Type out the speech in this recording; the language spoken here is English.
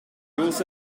also